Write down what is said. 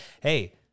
hey